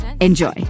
enjoy